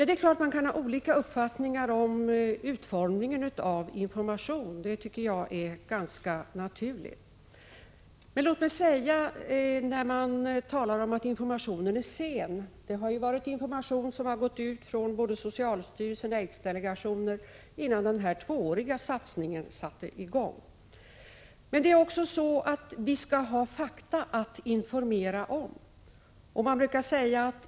Det är klart att man kan ha olika uppfattningar om utformningen av information — det tycker jag är ganska naturligt. Det har talats om att informationen är sen, men låt mig säga att det ju har gått ut information från både socialstyrelsen och aidsdelegationen innan denna tvååriga satsning satte i gång. Vi skall också ha fakta att informera om.